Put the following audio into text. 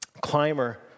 climber